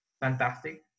fantastic